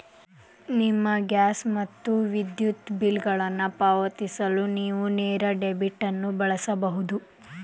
ನಿಮ್ಮ ಗ್ಯಾಸ್ ಮತ್ತು ವಿದ್ಯುತ್ ಬಿಲ್ಗಳನ್ನು ಪಾವತಿಸಲು ನೇವು ನೇರ ಡೆಬಿಟ್ ಅನ್ನು ಬಳಸಬಹುದು